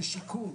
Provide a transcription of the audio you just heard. זה שיקול